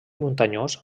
muntanyós